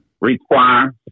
require